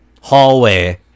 hallway